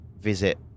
visit